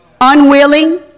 Unwilling